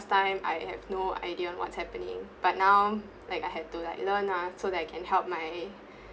time I have no idea on what's happening but now like I had to like learn ah so that I can help my